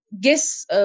Guess